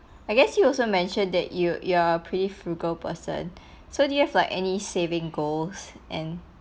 I guess you also mentioned that you you're pretty frugal person so do you have like any saving goals and